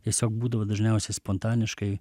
tiesiog būdavo dažniausiai spontaniškai